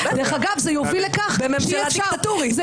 בממשלה דיקטטורית.